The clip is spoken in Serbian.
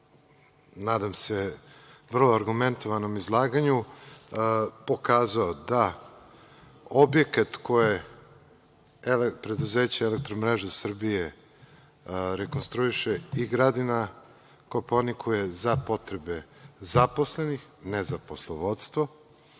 nadam se, vrlo argumentovanom izlaganju pokazao da objekat preduzeće Elektromreže Srbije rekonstruiše i gradi na Kopaoniku je za potrebe zaposlenih ne za poslovodstvo,